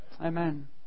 Amen